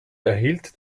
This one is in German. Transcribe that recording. erhielt